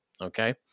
Okay